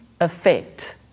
effect